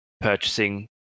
purchasing